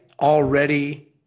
already